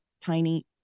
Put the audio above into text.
tiny